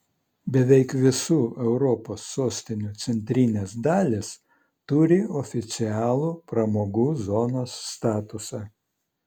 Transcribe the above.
beveik visų europos sostinių centrinės dalys turi oficialų pramogų zonos statusą